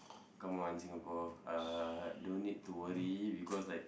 come on Singapore uh don't need to worry because like